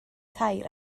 tair